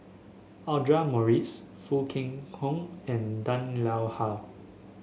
Audra Morrice Foo Kwee Horng and Han Lao Ha